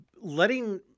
Letting